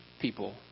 people